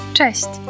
Cześć